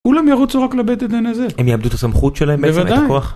כולם ירוצו רק לבית הדין הזה. ‫ -הם יאבדו את הסמכות שלהם בעצם? את הכח?